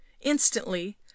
INSTANTLY